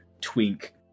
Twink